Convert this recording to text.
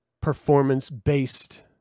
performance-based